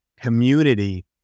community